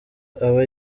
aba